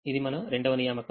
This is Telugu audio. ఇది మన రెండవ నియామకం